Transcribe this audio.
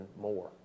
more